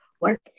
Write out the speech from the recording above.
work